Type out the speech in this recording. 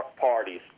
parties